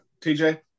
TJ